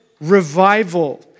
revival